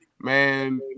Man